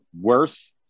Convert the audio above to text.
worse